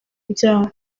ibyaha